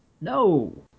No